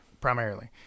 primarily